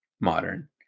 modern